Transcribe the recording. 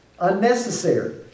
Unnecessary